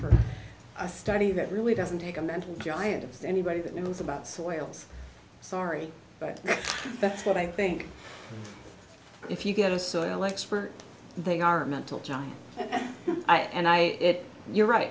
for a study that really doesn't take a mental giant of anybody that knows about soils sorry but that's what i think if you get a soil expert they are mental john and i and i it you're right